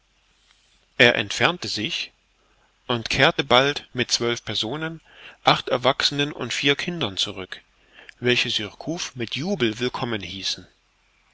er entfernte sich und kehrte bald mit zwölf personen acht erwachsenen und vier kindern zurück welche surcouf mit jubel willkommen hießen